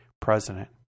president